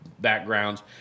backgrounds